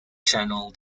channel